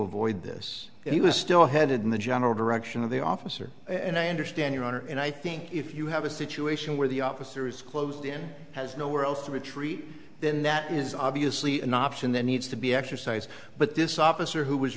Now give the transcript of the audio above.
avoid this he was still headed in the general direction of the officer and i understand your honor and i think if you have a situation where the officer is closed in has no where else to retreat then that is obviously an option that needs to be exercised but this officer who was